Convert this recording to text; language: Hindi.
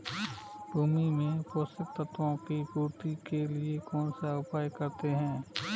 भूमि में पोषक तत्वों की पूर्ति के लिए कौनसा उपाय करते हैं?